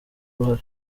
uruhare